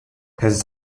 his